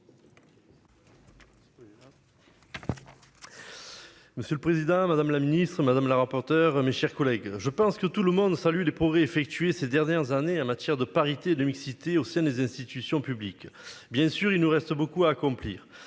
Monsieur le président, madame la ministre madame la rapporteure, mes chers collègues, je pense que tout le monde salue les progrès effectués ces dernières années en matière de parité de mixité au sein des institutions publiques, bien sûr, il nous reste beaucoup à accomplir.